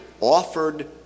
offered